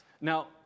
now